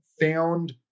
found